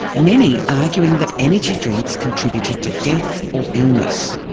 many arguing that energy drinks contributed to death or illness.